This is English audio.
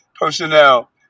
personnel